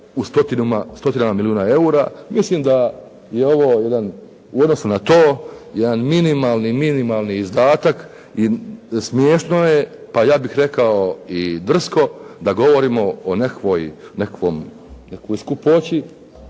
u stotinama milijuna eura, mislim da je ovo u odnosu na to jedan minimalni izdatak i smiješno je, pa ja bih rekao i drsko da govorimo o nekakvoj skupoći